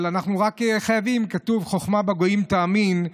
אבל אנחנו רק חייבים, כתוב: "חוכמה בגויים תאמין".